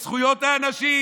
את זכויות האנשים.